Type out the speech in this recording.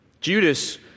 Judas